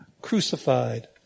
crucified